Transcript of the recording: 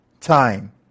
Time